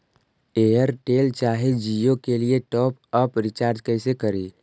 Airtel चाहे जियो के लिए टॉप अप रिचार्ज़ कैसे करी?